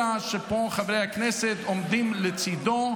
אלא שפה חברי הכנסת עומדים לצידו,